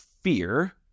fear